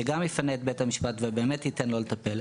שגם יפנה את בית המשפט ובאמת ייתן לו לטפל,